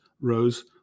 rose